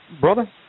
Brother